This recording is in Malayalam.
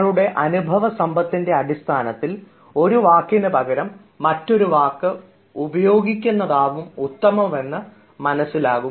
നിങ്ങളുടെ അനുഭവസമ്പത്തിൻറെ അടിസ്ഥാനത്തിൽ ഒരു വാക്കിന് പകരം മറ്റൊരു വാക്ക് ഉപയോഗിക്കുന്നതാവും ഉത്തമം എന്ന് മനസ്സിലാകും